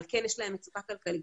אבל כן יש להם מצוקה כלכלית.